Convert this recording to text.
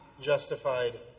justified